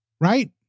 right